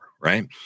right